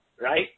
right